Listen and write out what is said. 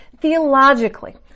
Theologically